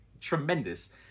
tremendous